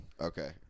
Okay